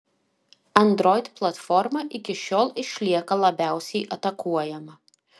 android platforma iki šiol išlieka labiausiai atakuojama